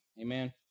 Amen